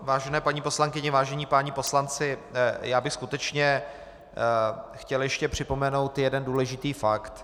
Vážené paní poslankyně, vážení páni poslanci, já bych skutečně chtěl ještě připomenout jeden důležitý fakt.